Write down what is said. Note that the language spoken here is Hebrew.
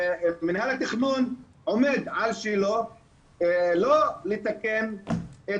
מינהל התכנון עומד על שלו לא לתקן את